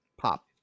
Pop